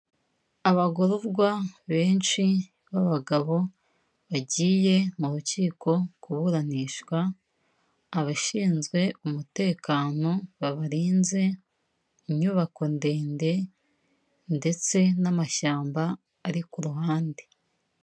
Abagororwa benshi b'abagabo bagiye mu rukiko kuburanishwa, abashinzwe umutekano babarinze, inyubako ndende ndetse n'amashyamba ari ku ruhande.